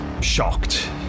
shocked